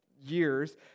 years